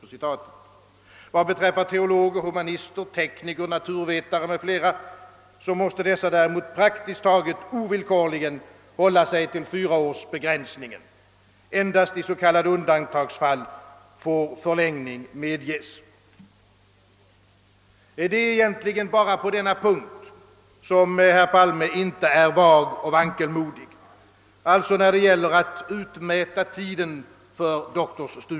Teologer humanister, tekniker, naturvetare m.fl. måste däremot ovillkorligen iaktta fyraårsbegränsningen. Endast i s.k. undantagsfall får förlängning medges. Det är egentligen bara på denna punkt — alltså när det gäller att utmäta tiden för doktorsstudierna — som herr Palme inte är vag och vankelmodig.